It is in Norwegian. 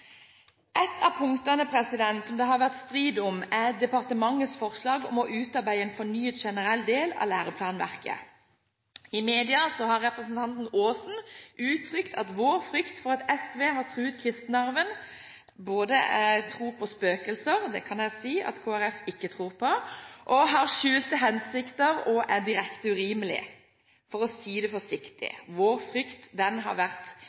Et av punktene som det har vært strid om, er departementets forslag om å utarbeide en fornyet generell del av læreplanverket. I media har representanten Aasen uttrykt at vår frykt for at SV har truet kristenarven og har skjulte hensikter, er både å tro på spøkelser – og det kan jeg si at Kristelig Folkeparti ikke tror på – og direkte urimelig. For å si det forsiktig: Vår frykt har vært